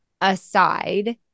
aside